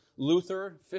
Luther